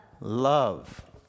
love